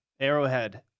arrowhead